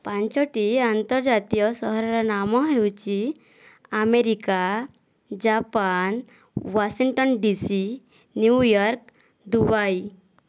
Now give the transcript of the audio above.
ପାଞ୍ଚଟି ଆନ୍ତର୍ଜାତୀୟ ସହରର ନାମ ହେଉଛି America Japan Washington DC New York Dubai